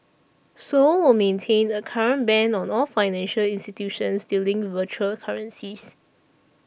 seoul will maintain a current ban on all financial institutions dealing virtual currencies